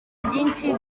byinshi